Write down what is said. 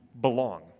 belong